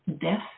death